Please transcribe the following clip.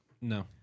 No